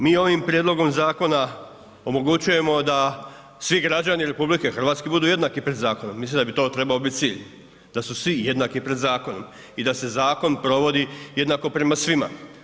Mi ovim prijedlogom zakona omogućujemo da svi građani RH budu jednaki pred zakonom, mislim da bi to trebao biti cilj, da su svi jednaki pred zakonom i da se zakon provodi jednako prema svima.